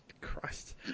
Christ